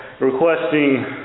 requesting